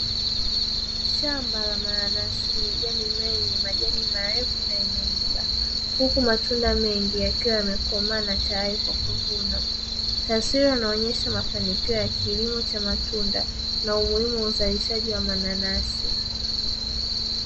Shamba la mananasi limejaa mimea yenye majani marefu na yenye miiba, huku matunda mengi yakiwa yamekomaa na tayari kwa kuvunwa. Taswira inaonyesha mafanikio ya kilimo cha matunda na umuhimu wa uzalishaji wa mananasi.